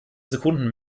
sekunden